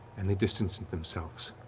and they distanced themselves